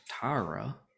tara